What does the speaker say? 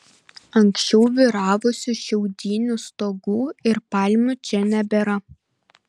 anksčiau vyravusių šiaudinių stogų ir palmių čia nebėra